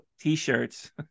t-shirts